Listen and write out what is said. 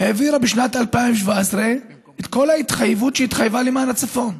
העבירה בשנת 2017 את כל ההתחייבות שהיא התחייבה למען הצפון.